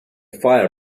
fire